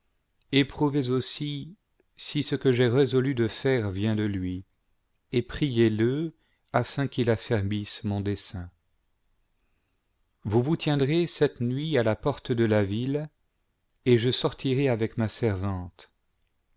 éprouvez aussi si ce que j'ai résolu de faire vient de lui et priez-le afin qu'il affermisse mon dessein vous vous tiendrez cette nvit à la porte de la ville et je sortirai avec ma servante